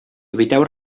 eviteu